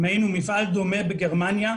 אם היינו מפעל דומה בגרמניה,